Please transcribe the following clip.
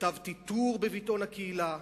כתבתי טור בביטאון הקהילה,